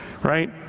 right